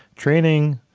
training,